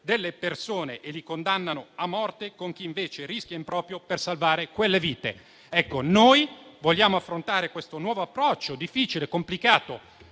delle persone e li condannano a morte si trovino insieme a chi, invece, rischia in proprio per salvare quelle vite. Noi vogliamo affrontare questo nuovo approccio difficile e complicato.